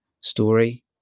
story